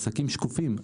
שהם עסקים שקופים,